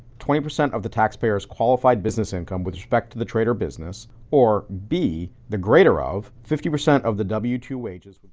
twenty percent of the taxpayer's qualified business income with respect to the trader business, or b, the greater of fifty percent of the w two wages.